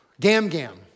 Gam-gam